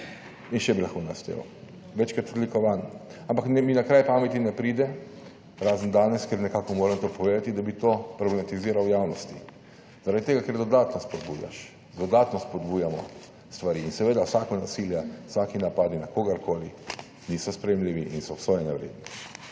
in še bi lahko našteval. Večkrat odlikovan, ampak mi na kraj pameti ne pride, razen danes, ker nekako moram to povedati, da bi to problematiziral v javnosti, zaradi tega, ker dodatno spodbujaš, dodatno spodbujamo stvari in seveda vsako nasilje, vsaki napadi na kogarkoli niso sprejemljivi in so obsojanja vredni.